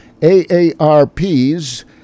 AARP's